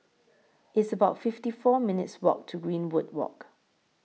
It's about fifty four minutes' Walk to Greenwood Walk